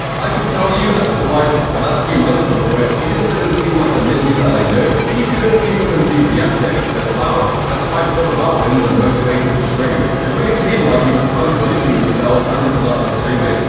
i could tell you, as his wife, the last few months on twitch, he just didn't seem like the ninja that i knew. he didn't seem as enthusiastic, as loud, as hyped-up about wins and motivated to stream. and really seemed like he was kind of losing himself and his love for streaming.